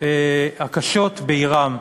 הקשות בעירם.